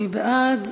מי בעד?